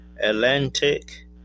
Atlantic